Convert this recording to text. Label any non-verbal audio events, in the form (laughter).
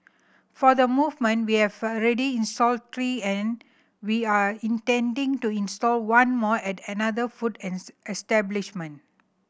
for the movement we have already installed three and we are intending to install one more at another food (unintelligible) establishment